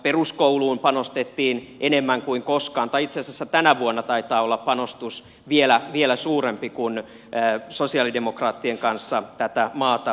peruskouluun panostettiin enemmän kuin koskaan tai itse asiassa tänä vuonna taitaa olla panostus vielä suurempi kuin sosialidemokraattien kanssa tätä maata johdamme